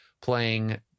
playing